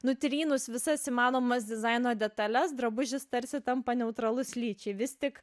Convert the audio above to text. nutrynus visas įmanomas dizaino detales drabužis tarsi tampa neutralus lyčiai vis tik